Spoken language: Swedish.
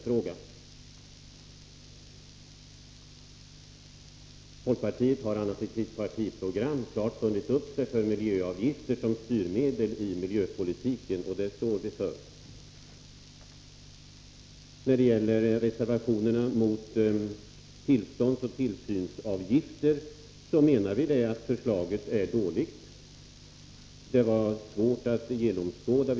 Folkpartiet har emellertid i sitt partiprogram klart bundit sig för miljöavgifter som styrmedel i miljöpolitiken. Detta står vi fast vid. När det gäller reservationerna mot tillståndsoch tillsynsavgifter menar vi att förslaget är dåligt. Det är svårt att genomskåda det.